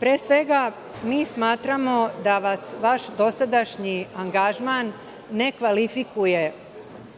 Pre svega, mi smatramo da vas vaš dosadašnji angažman nekvalifikuje